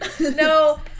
No